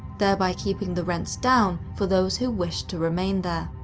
thereby keeping the rents down for those who wished to remain there.